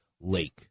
lake